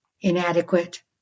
inadequate